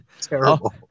Terrible